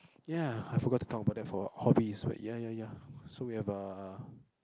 ya I forgot to talk about that for hobbies but ya ya ya so we have a